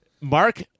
Mark